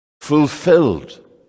fulfilled